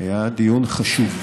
היה דיון חשוב.